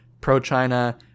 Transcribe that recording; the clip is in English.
pro-China